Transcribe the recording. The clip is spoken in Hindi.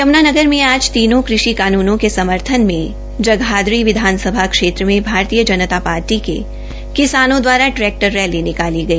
यमुनानगर में आज तीनो कृषि कानूनों के समर्थन में जगाधरी विधानसभा क्षेत्र में भारतीय जनता पार्टी के किसानों दवारा ट्रैक्टर रैली निकाली गई